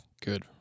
good